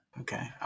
Okay